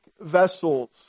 vessels